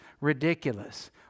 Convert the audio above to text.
ridiculous